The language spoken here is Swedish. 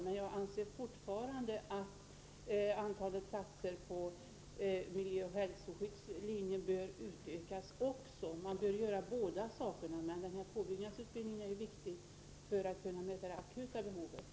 Men jag anser fortfarande att antalet platser på miljöoch hälsoskyddslinjen bör utökas — man bör göra båda sakerna. Den här påbyggnadsutbildningen är viktig för att kunna möta det akuta behovet.